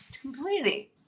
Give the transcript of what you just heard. Completely